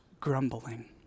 grumbling